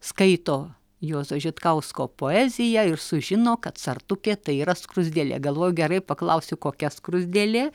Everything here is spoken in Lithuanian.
skaito juozo žitkausko poeziją ir sužino kad sartukė tai yra skruzdėlė galvojau gerai paklausiu kokia skruzdėlė